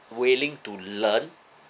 willing to learn